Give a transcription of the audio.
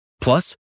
Plus